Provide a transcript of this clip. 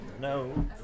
No